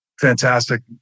fantastic